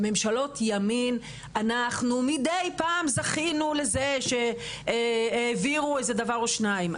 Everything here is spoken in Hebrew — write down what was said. בממשלות ימין אנחנו מידי פעם זכינו לזה שהעבירו איזה דבר או שניים.